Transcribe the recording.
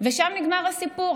ושם נגמר הסיפור.